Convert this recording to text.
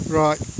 right